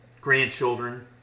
grandchildren